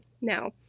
Now